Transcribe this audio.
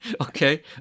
Okay